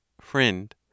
Friend